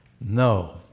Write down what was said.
No